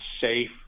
safe